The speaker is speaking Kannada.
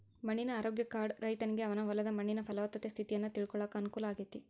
ಮಣ್ಣಿನ ಆರೋಗ್ಯ ಕಾರ್ಡ್ ರೈತನಿಗೆ ಅವನ ಹೊಲದ ಮಣ್ಣಿನ ಪಲವತ್ತತೆ ಸ್ಥಿತಿಯನ್ನ ತಿಳ್ಕೋಳಾಕ ಅನುಕೂಲ ಆಗೇತಿ